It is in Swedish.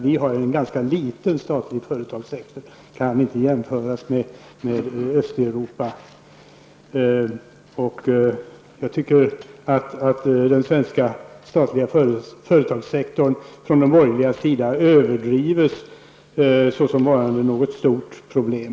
Vi har en ganska liten statlig företagssektor som inte kan jämföras med den statliga sektorn i Östeuropas länder. Jag tycker att de borgerliga partierna överdriver den statliga företagssektorn så som varande ett stort problem.